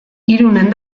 irunen